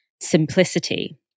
simplicity